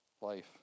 Life